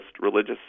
religious